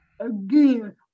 Again